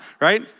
Right